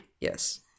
Yes